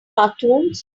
cartoons